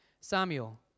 Samuel